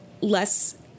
less